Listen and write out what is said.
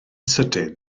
sydyn